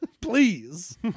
Please